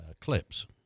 clips